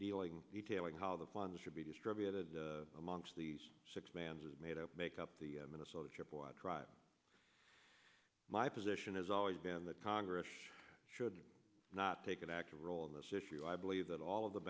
dealing detail of how the funds should be distributed amongst the six mans is made up make up the minnesota chippewa tribe my position has always been that congress should not take an active role in this issue i believe that all of the